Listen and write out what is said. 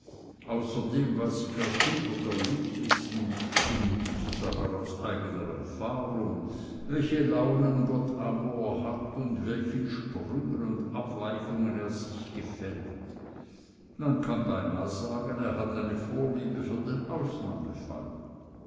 außerdem weiß ich aus hundert erlebnissen um nicht zu sagen aus eigener erfahrung welche launen gott amor hat und in welchen sprüngen und abweichungen er sich gefällt man kann beinah sagen er hat eine vorliebe für den ausnahmefall